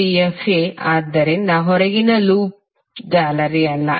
Abcdefa ಆದ್ದರಿಂದ ಹೊರಗಿನ loop ಜಾಲರಿಯಲ್ಲ